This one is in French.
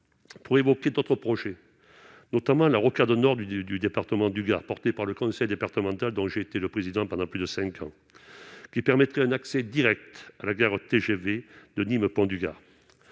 pour évoquer d'autres projets, notamment la rocade nord du du du département du Gard, porté par le conseil départemental dont j'ai été le président pendant plus de 5 ans qui permettra un accès Direct à la gare TGV de Nîmes Pont du